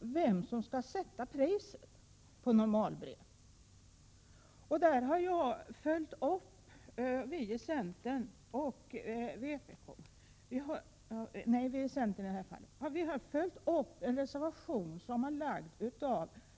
vem som skall sätta priset på normalbrev. Vi i centern har följt upp en reservation från de fackliga representanterna i postverkets styrelse.